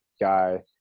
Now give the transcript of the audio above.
guy